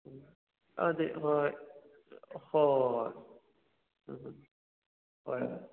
ꯑꯗꯨꯗꯤ ꯍꯣꯏ ꯍꯣꯏ ꯍꯣꯏ ꯍꯣꯏ ꯍꯣꯏ ꯎꯝꯍꯨꯝ ꯍꯣꯏ ꯍꯣꯏ